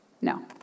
No